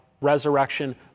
resurrection